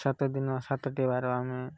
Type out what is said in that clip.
ସାତ ଦିନ ସାତଟି ବାର ଆମେ